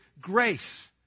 grace